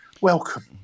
welcome